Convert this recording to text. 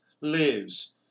lives